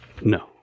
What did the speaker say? No